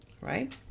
Right